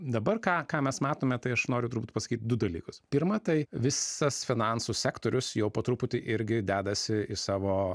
dabar ką ką mes matome tai aš noriu turbūt pasakyt du dalykus pirma tai visas finansų sektorius jau po truputį irgi dedasi į savo